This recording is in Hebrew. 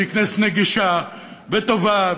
שהיא כנסת נגישה וטובה,